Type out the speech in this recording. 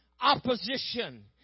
opposition